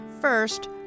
First